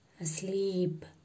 asleep